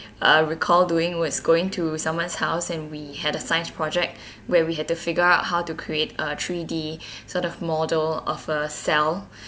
uh recall doing was going to someone's house and we had a science project where we had to figure out how to create a three D sort of model of a cell